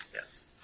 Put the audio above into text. Yes